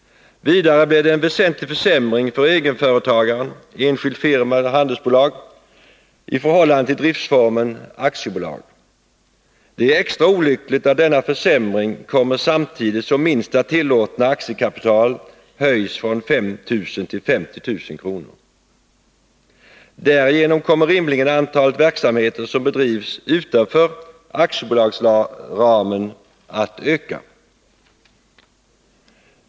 Vidare blir det en väsentlig försämring för egenföretagaren, enskild firma eller handelsbolag, i förhållande till driftsformen aktiebolag. Det är extra olyckligt att denna försämring kommer samtidigt som minsta tillåtna aktiekapital höjs från 5 000 kr. till 50 000 kr. Därigenom kommer rimligen antalet verksamheter som bedrivs utanför aktiebolagsramen att öka.